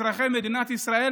אזרחי מדינת ישראל,